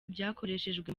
byakoreshejwe